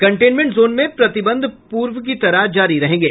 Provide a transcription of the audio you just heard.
containment zone में प्रतिबंध पूर्व की तरह जारी रहेंगे